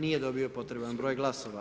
Nije dobio potreban broj glasova.